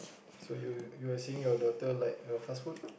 so you're you're seeing your daughter like her fast food